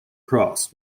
cross